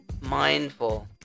mindful